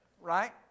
Right